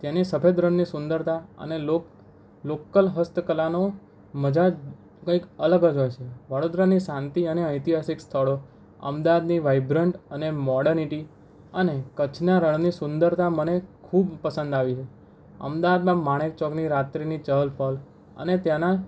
તેની સફેદ રણની સુંદરતા અને લોક લોકલ હસ્ત કલાનો મજા જ કંઈ અલગ જ હોય છે વડોદરાની શાંતિ અને ઐતિહાસિક સ્થળો અમદાવાદની વાઇબ્રન્ટ અને મોર્ડનીટી અને કચ્છના રણની સુંદરતા મને ખૂબ પસંદ આવી છે અમદાવાદમાં માણેક ચોકની રાત્રીની ચહલપહલ અને ત્યાંનાં